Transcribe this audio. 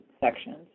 sections